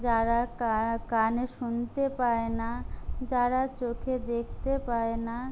যারা কানে শুনতে পায় না যারা চোখে দেখতে পায় না